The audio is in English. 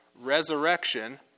resurrection